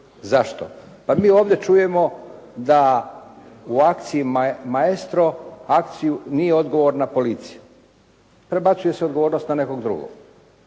Zašto? Pa mi ovdje čujemo da u akciji "Maestro" akciju nije odgovorna policija. Prebacuje se odgovornost na nekog drugog.